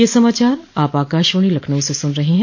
ब्रे क यह समाचार आप आकाशवाणी लखनऊ से सुन रहे हैं